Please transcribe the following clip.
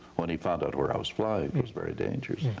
when he found out where i was flying, it was very dangerous.